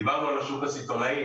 דיברנו על השוק הסיטונאי.